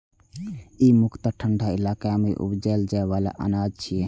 ई मुख्यतः ठंढा इलाका मे उपजाएल जाइ बला अनाज छियै